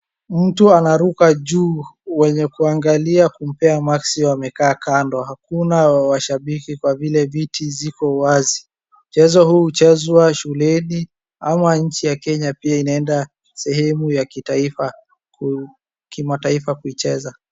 Mtu anaruka juu, wenye kuangalia kumpea maksi wamekaa kando. Hakuna mashabiki kwa vile viti ziko wazi. Mchezo huu huchezwa shuleni ama nchi ya Kenya pia inaenda sehemu ya kitaifa kimataifa kuicheza.